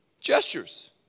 gestures